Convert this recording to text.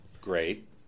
great